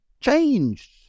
changed